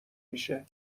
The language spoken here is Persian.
میشه